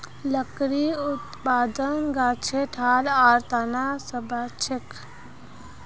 लकड़ी उत्पादन गाछेर ठाल आर तना स बनछेक